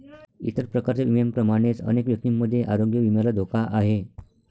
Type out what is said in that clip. इतर प्रकारच्या विम्यांप्रमाणेच अनेक व्यक्तींमध्ये आरोग्य विम्याला धोका आहे